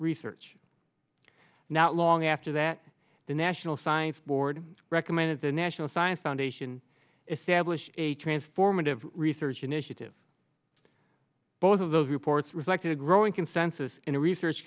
research not long after that the national science board recommended the national science foundation establish a transformative research initiative both of those reports reflected a growing consensus in the research